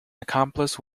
accomplice